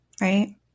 right